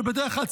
שבדרך כלל,